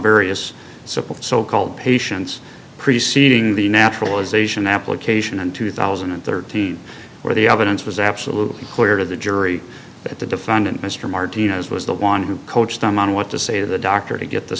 support so called patients preceding the naturalization application in two thousand and thirteen where the evidence was absolutely clear to the jury that the defendant mr martinez was the one who coached them on what to say to the doctor to get the